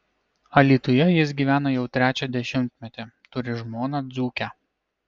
alytuje jis gyvena jau trečią dešimtmetį turi žmoną dzūkę